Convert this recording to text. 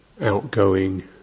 Outgoing